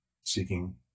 seeking